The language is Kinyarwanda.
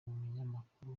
umunyamakuru